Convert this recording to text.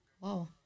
Wow